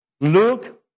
Luke